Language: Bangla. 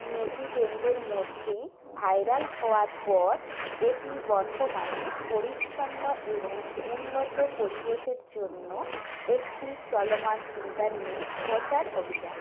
নেটিজেনদের মধ্যে ভাইরাল হওয়ার পর এটি বর্তমানে পরিচ্ছন্ন এবং উন্নত পরিবেশের জন্য একটি চলমান ইন্টারনেট প্রচার অভিযান